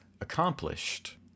accomplished